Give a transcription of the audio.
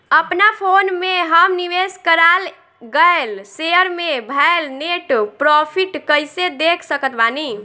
अपना फोन मे हम निवेश कराल गएल शेयर मे भएल नेट प्रॉफ़िट कइसे देख सकत बानी?